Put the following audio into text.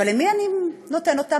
אבל למי אני נותן אותם?